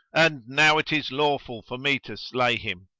and now it is lawful for me to slay him.